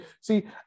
see